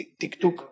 TikTok